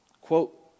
Quote